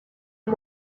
uyu